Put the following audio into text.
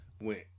went